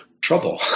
trouble